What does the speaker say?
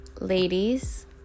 ladies